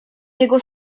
jego